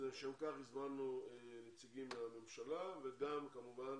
לשם כך הזמנו נציגים מהממשלה וגם כמובן